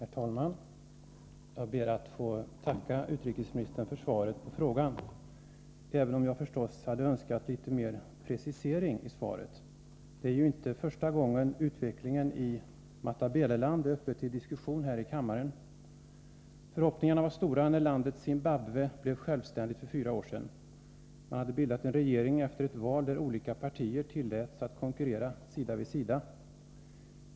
Herr talman! Jag ber att få tacka utrikesministern för svaret på min fråga, även om jag förstås hade önskat ett litet mera preciserat svar. Det är ju inte första gången som frågan om utvecklingen i Matabeleland är uppe till diskussion här i kammaren. Förhoppningarna var stora när landet Zimbabwe för fyra år sedan blev självständigt. Man hade bildat en regering efter ett val där olika partier tilläts konkurrera sida vid sida.